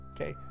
okay